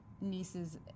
nieces